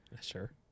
Sure